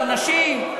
על נשים?